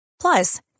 Plus